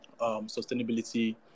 sustainability